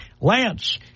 Lance